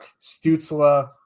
Stutzla